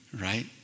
right